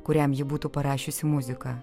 kuriam ji būtų parašiusi muziką